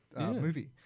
movie